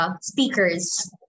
speakers